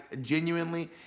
genuinely